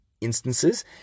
instances